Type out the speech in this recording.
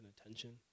attention